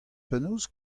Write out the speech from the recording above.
penaos